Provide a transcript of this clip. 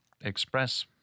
express